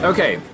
Okay